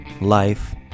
life